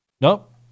Nope